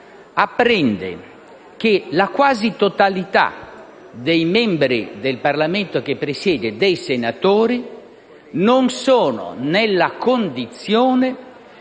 apprende che la quasi totalità dei membri del Parlamento che presiede non è nella condizione